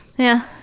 yeah.